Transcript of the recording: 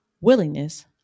willingness